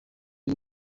w’u